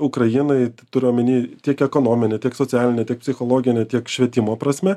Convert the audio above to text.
ukrainai turiu omeny tiek ekonomine tiek socialine tiek psichologine tiek švietimo prasme